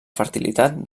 fertilitat